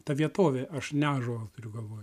ta vietovė aš ne ąžuolą turiu galvoj